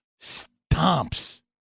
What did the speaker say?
stomps